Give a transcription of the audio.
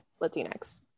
Latinx